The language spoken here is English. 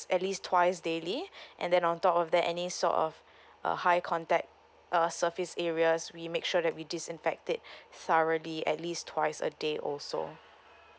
at least twice daily and then on top of that any sort of uh high contact uh surface areas we make sure that we disinfect it thoroughly at least twice a day also